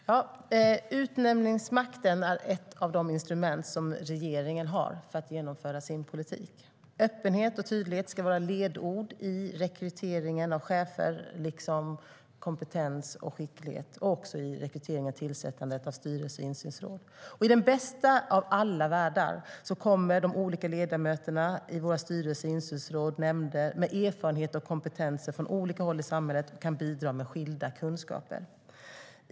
Herr talman! Utnämningsmakten är ett av de instrument som regeringen har för att genomföra sin politik. Öppenhet och tydlighet ska vara ledord i rekryteringen av chefer, liksom kompetens och skicklighet. Det gäller även vid rekryteringen till och tillsättandet av styrelser och insynsråd. I den bästa av världar kommer de olika ledamöterna i våra styrelser, insynsråd och nämnder att ha erfarenheter och kompetenser från olika håll i samhället och kunna bidra med skilda kunskaper.